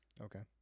Okay